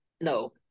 no